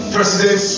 President